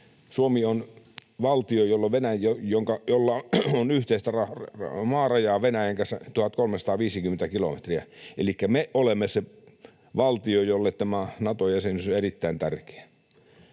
Suomi on valtio, jolla on yhteistä maarajaa Venäjän kanssa 1 350 kilometriä, elikkä me olemme se valtio, jolle tämä Nato-jäsenyys on erittäin tärkeä.